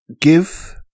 Give